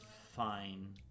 fine